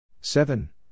seven